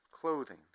clothing